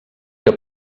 que